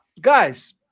guys